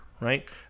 right